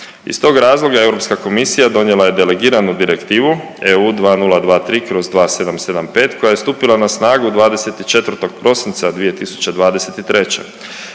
Iz tog razloga EK donijela je delegiranu Direktivu EU 2024/2775 koja je stupila na snagu 24. prosinca 2023.